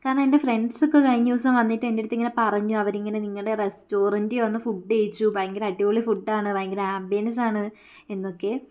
കാരണം എൻ്റെ ഫ്രണ്ട്സൊക്കെ കഴിഞ്ഞ ദിവസം വന്നിട്ട് എൻ്റടുത്ത് ഇങ്ങനെ പറഞ്ഞു അവരിങ്ങനെ നിങ്ങളുടെ റസ്റ്റോറൻറ്റിൽ വന്ന് ഫുഡ് കഴിച്ചു ഭയങ്കര അടിപൊളി ഫുഡാണ് ഭയങ്കര ആംബിയൻസാണ് എന്നൊക്കെ